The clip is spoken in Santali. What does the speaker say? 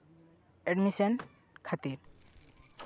ᱮᱰᱢᱤᱥᱮᱱ ᱠᱷᱟᱹᱛᱤᱨ